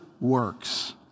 works